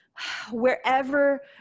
Wherever